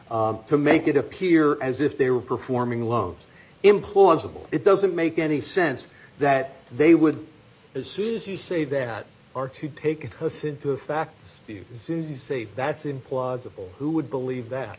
to make it appear as if they were performing loans implausible it doesn't make any sense that they would as soon as you say that are to take us into fact steve zissou you say that's implausible who would believe that